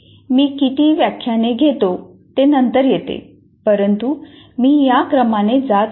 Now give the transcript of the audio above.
मी किती व्याख्याने घेतो ते नंतर येते परंतु मी या क्रमाने जात आहे